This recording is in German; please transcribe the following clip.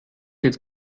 jetzt